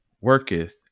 worketh